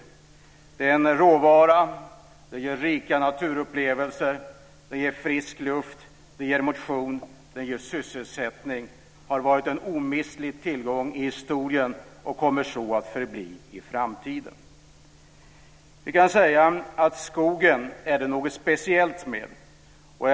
Skogen är en råvara, ger rika naturupplevelser, ger frisk luft, ger motion och ger sysselsättning. Den har varit en omistlig tillgång i historien och kommer så att förbli i framtiden. Vi kan säga att det är något speciellt med skogen.